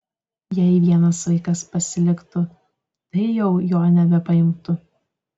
jei vienas vaikas pasiliktų tai jau jo nebepaimtų